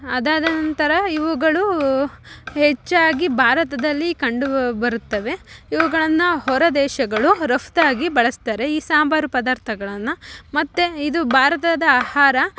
ಅದಾದ ನಂತರ ಇವುಗಳು ಹೆಚ್ಚಾಗಿ ಭಾರತದಲ್ಲಿ ಕಂಡು ಬರುತ್ತವೆ ಇವುಗಳನ್ನು ಹೊರದೇಶಗಳು ರಫ್ತಾಗಿ ಬಳಸ್ತಾರೆ ಈ ಸಾಂಬಾರು ಪದಾರ್ಥಗಳನ್ನು ಮತ್ತು ಇದು ಭಾರತದ ಆಹಾರ